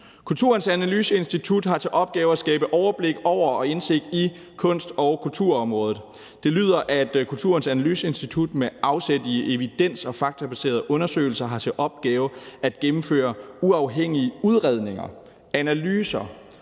Kulturens Analyseinstitut har til opgave at skabe overblik over og indsigt i kunst- og kulturområdet. Det forlyder, at Kulturens Analyseinstitut med afsæt i evidens og faktabaserede undersøgelser har til opgave at gennemføre uafhængige udredninger, analyser,